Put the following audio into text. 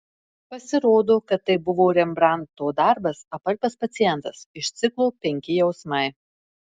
pasirodo kad tai buvo rembrandto darbas apalpęs pacientas iš ciklo penki jausmai